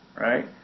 right